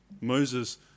Moses